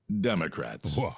Democrats